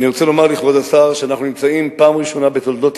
אני רוצה לומר לכבוד השר שאנחנו נמצאים פעם ראשונה בתולדות ישראל,